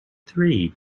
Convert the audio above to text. three